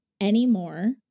anymore